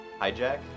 Hijack